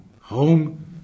home